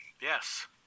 Yes